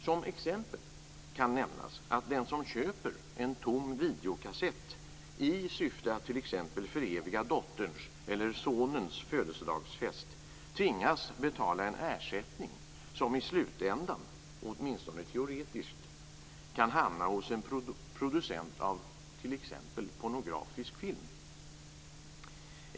Som exempel kan nämnas att den som köper en tom videokassett i syfte att t.ex. föreviga dotterns eller sonens födelsedagsfest tvingas betala en ersättning som i slutänden, åtminstone teoretiskt, kan hamna hos en producent av t.ex. pornografisk film.